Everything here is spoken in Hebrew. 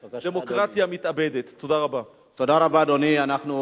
בבקשה, אדוני.